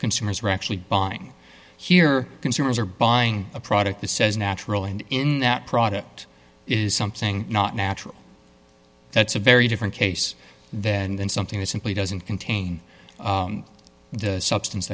consumers are actually buying here consumers are buying a product that says natural and in that product is something not natural that's a very different case than than something that simply doesn't contain the substance